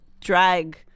drag